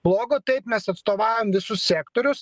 blogo taip mes atstovaujam visus sektorius